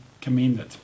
commended